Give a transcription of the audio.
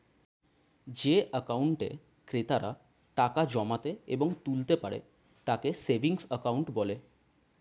যে অ্যাকাউন্টে ক্রেতারা টাকা জমাতে এবং তুলতে পারে তাকে সেভিংস অ্যাকাউন্ট বলে